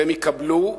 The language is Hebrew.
והם יקבלו מנדט,